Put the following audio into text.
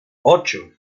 ocho